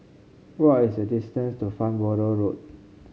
what are is the distance to Farnborough Road